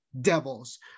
Devils